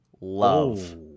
love